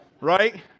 Right